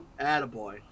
Attaboy